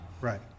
right